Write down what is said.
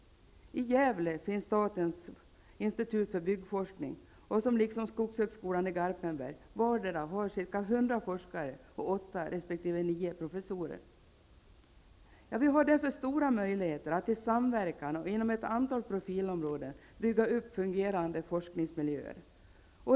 I Gävle finns statens institut för byggforskning och skogshögskolan i Garpenberg, som vardera har ca 100 forskare och 8 resp. 9 professorer. Vi har därför stora möjligheter att i samverkan och inom ett antal profilområden bygga upp fungerande forskningsmiljöer.